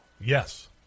Yes